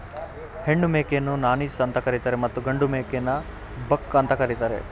ಹೆಣ್ಣು ಮೇಕೆಯನ್ನು ನಾನೀಸ್ ಅಂತ ಕರಿತರೆ ಮತ್ತು ಗಂಡು ಮೇಕೆನ ಬಕ್ ಅಂತ ಕರಿತಾರೆ